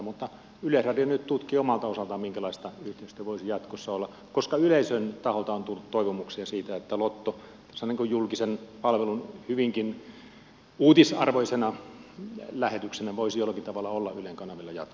mutta yleisradio nyt tutkii omalta osaltaan minkälaista yhteistyö voisi jatkossa olla koska yleisön taholta on tullut toivomuksia siitä että lotto julkisen palvelun hyvinkin uutisarvoisena lähetyksenä voisi jollakin tavalla olla ylen kanavilla jatkossa